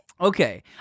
Okay